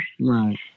Right